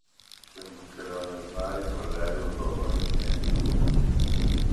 pirmą kelionės dalį praleidau zoologinėje ekspedicijoje